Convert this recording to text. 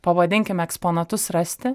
pavadinkim eksponatus rasti